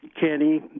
Kenny